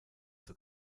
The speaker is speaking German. zur